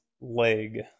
leg